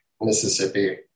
Mississippi